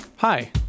Hi